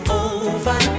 over